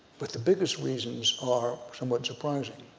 but the biggest reasons are somewhat surprising.